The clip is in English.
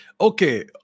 Okay